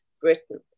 Britain